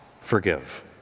forgive